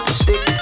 stick